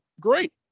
great